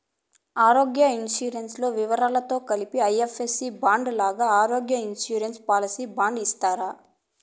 ఆరోగ్య ఇన్సూరెన్సు లో వివరాలతో కలిపి ఎల్.ఐ.సి ఐ సి బాండు లాగా ఆరోగ్య ఇన్సూరెన్సు పాలసీ బాండు ఇస్తారా?